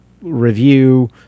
review